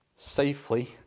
safely